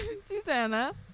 Susanna